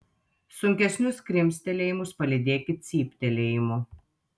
sunkesnius krimstelėjimus palydėkit cyptelėjimu